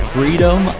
Freedom